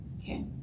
okay